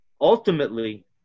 ultimately